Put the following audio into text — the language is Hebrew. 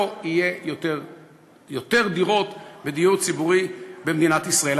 לא יהיו יותר דירות בדיור ציבורי במדינת ישראל.